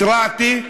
התרעתי,